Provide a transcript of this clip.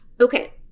Okay